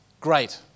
Great